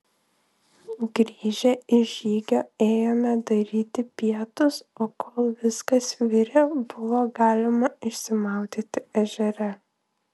grįžę iš žygio ėjome daryti pietus o kol viskas virė buvo galima ir išsimaudyti ežere